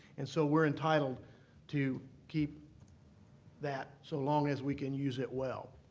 and so we're entitled to keep that so long as we can use it well.